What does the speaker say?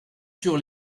sur